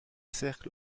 cercles